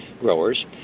growers